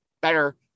better